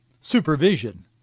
supervision